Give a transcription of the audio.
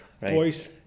Boys